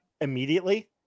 immediately